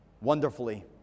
Wonderfully